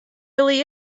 really